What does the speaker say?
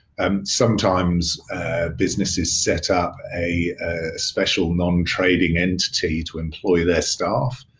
um sometimes businesses set up a special non-trading entity to employ their staff.